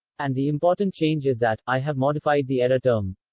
and the important change is that i have modified the error term.